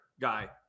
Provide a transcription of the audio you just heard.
guy